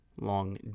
long